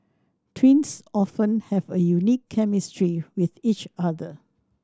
twins often have a unique chemistry with each other